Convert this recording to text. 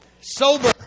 Sober